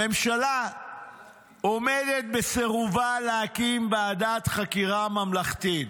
הממשלה עומדת בסירובה להקים ועדת חקירה ממלכתית,